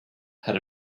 had